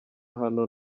hano